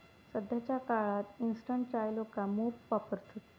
सध्याच्या काळात इंस्टंट चाय लोका मोप वापरतत